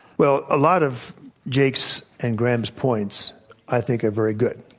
well, a lot of jake's and graham's points i think are very good.